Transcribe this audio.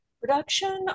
production